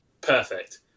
Perfect